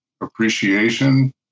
appreciation